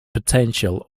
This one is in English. potential